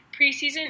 preseason